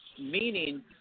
meaning –